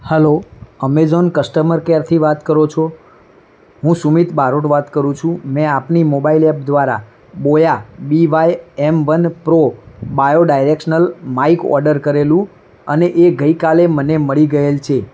હાલો Amazon customer કેરથી વાત કરો છો હું સુમિત બારોટ વાત કરું છું મેં આપની મોબાઇલ એપ દ્વારા Boya B Y M one pro bidirectional mic order કરેલું અને એ ગઈકાલે મને મળી ગયું છે